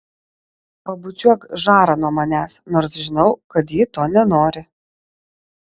pabučiuok žarą nuo manęs nors žinau kad ji to nenori